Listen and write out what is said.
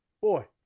boy